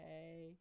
Hey